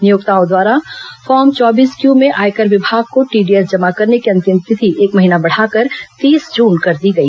नियोक्ताओं द्वारा फॉर्म चौबीस क्यू में आयकर विभाग को टीडीएस जमा करने की अंतिम तिथि एक महीना बढ़ाकर तीस जून कर दी गई